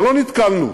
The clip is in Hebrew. ולא נתקלנו